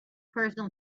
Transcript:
personal